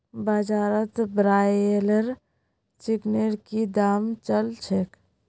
बाजारत ब्रायलर चिकनेर की दाम च ल छेक